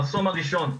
המחסום הראשון,